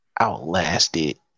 outlasted